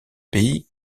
pays